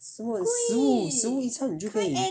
什么食物食物一餐你就可以